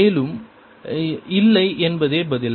மேலும் இல்லை என்பதே பதில்